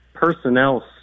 personnel